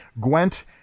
Gwent